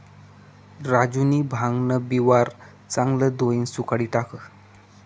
राजूनी भांगन बिवारं चांगलं धोयीन सुखाडी टाकं